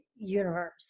universe